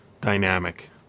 dynamic